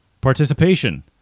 participation